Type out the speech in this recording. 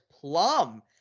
Plum